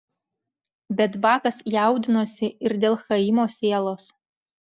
bet bakas jaudinosi ir dėl chaimo sielos